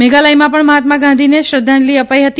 મેઘાલયમાં ા ણ મહાત્મા ગાંધીજીને શ્રધ્ધાંજલી આપી હતી